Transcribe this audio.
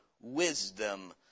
wisdom